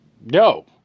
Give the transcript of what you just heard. No